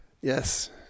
Yes